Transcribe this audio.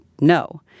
No